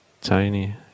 tiny